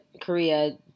Korea